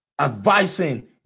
advising